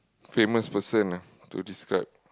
famous person ah to describe